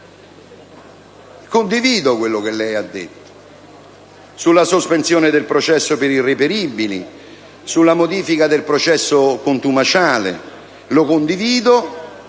condivido quello che lei ha detto sulla sospensione del processo per irreperibilità e sulla modifica del processo contumaciale, ma le ricordo